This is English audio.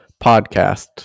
podcast